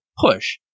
push